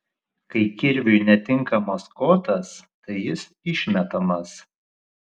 kai kirviui netinkamas kotas tai jis išmetamas